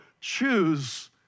choose